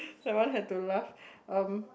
that one have to laugh um